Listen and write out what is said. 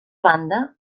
banda